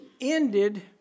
ended